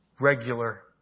regular